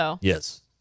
Yes